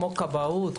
כמו הכבאות,